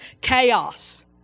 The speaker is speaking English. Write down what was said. chaos